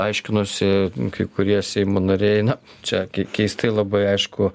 aiškinosi kai kurie seimo nariai na čia kei keistai labai aišku